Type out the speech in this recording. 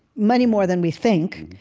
many more than we think.